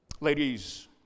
Ladies